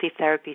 therapies